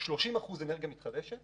ל-30% אנרגיה מתחדשת